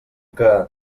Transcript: que